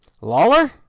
Lawler